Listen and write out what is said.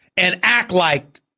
and act like